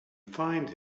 find